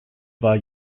war